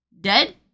Dead